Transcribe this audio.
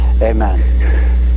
Amen